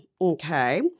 Okay